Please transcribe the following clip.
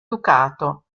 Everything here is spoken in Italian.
ducato